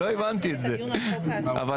ביום י"ט באדר א'